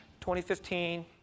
2015